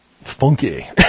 funky